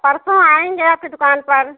परसों आएंगे आपकी दुकान पर